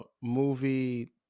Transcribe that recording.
movie